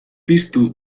piztu